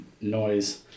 noise